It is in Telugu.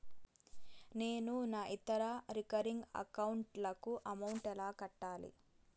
నేను నా ఇతర రికరింగ్ అకౌంట్ లకు అమౌంట్ ఎలా కట్టాలి?